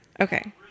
Okay